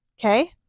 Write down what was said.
Okay